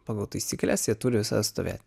pagal taisykles jie turi visada stovėt